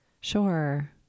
Sure